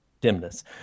dimness